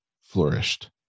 flourished